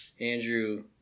Andrew